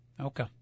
Okay